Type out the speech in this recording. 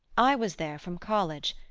i was there from college,